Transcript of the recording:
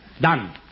Done